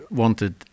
wanted